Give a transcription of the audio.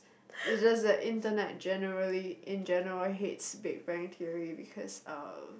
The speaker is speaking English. it's just that internet generally in general hates Big Bang Theory because uh